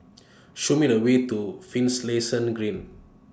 Show Me The Way to Green